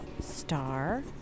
Star